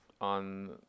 on